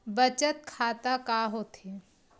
बचत खाता का होथे?